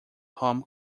home